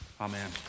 Amen